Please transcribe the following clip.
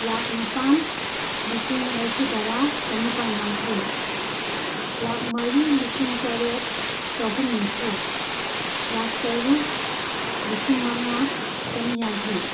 ꯂꯥꯛ ꯅꯤꯄꯥꯟ ꯂꯤꯁꯤꯡ ꯃꯔꯐꯨꯇꯔꯥ ꯆꯅꯤꯄꯥꯟ ꯌꯥꯡꯈꯩ ꯂꯥꯛ ꯃꯔꯤ ꯂꯤꯁꯤꯡ ꯇꯔꯦꯠ ꯆꯍꯨꯝꯅꯤꯐꯨ ꯂꯥꯛ ꯇꯔꯨꯛ ꯂꯤꯁꯤꯡ ꯃꯉꯥ ꯆꯅꯤꯌꯥꯡꯈꯩ